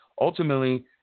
ultimately